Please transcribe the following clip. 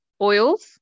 oils